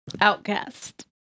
Outcast